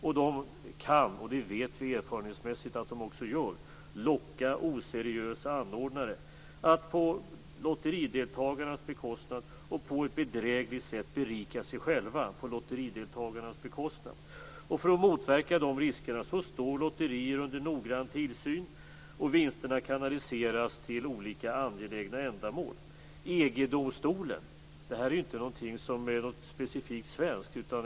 Det kan - och vi vet erfarenhetsmässigt att det också sker - locka oseriösa anordnare att på ett bedrägligt sätt berika sig själva på lotterideltagarnas bekostnad. För att motverka dessa risker står lotterier under noggrann tillsyn. Vinsterna kanaliseras till olika angelägna ändamål. Detta är inte något specifikt svenskt.